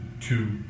two